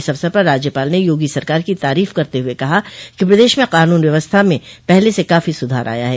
इस अवसर पर राज्यपाल ने योगी सरकार की तारीफ करते हुए कहा कि प्रदेश में कानून व्यवस्था में पहले से काफी सुधार आया है